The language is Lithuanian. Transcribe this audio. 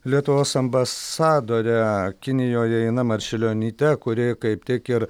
lietuvos ambasadore kinijoje ina marčiulionyte kuri kaip tik ir